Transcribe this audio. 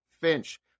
Finch